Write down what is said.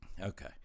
Okay